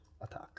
attack